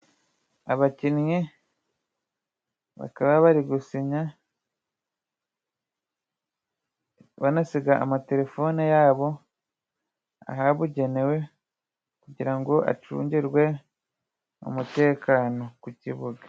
Abakinnyi bakaba bari gusinya ,banasiga amatelefone yabo ahabugenewe ,kugira ngo acungirwe umutekano ku kibuga.